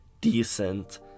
decent